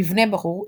מבנה ברור,